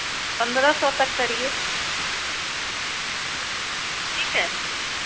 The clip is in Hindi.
पन्द्रा सौ तक करिए ठीक है